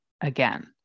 again